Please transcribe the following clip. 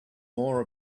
more